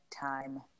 time